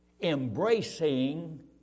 embracing